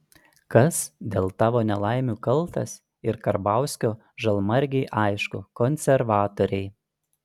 kas dėl tavo nelaimių kaltas ir karbauskio žalmargei aišku konservatoriai